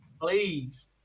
Please